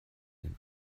den